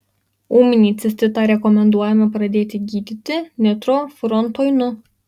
ūminį cistitą rekomenduojame pradėti gydyti nitrofurantoinu